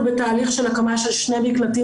אנחנו בתהליך של הקמה של שני מקלטים